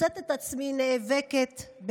מוצאת את עצמי נאבקת בוועדות,